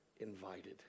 invited